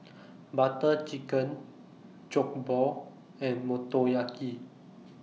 Butter Chicken Jokbal and Motoyaki